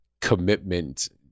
commitment